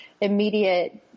immediate